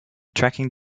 tracking